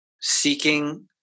seeking